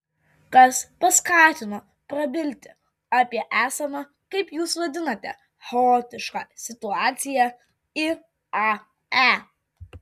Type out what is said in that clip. kas paskatino prabilti apie esamą kaip jūs vadinate chaotišką situaciją iae